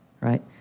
right